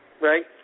right